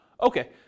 okay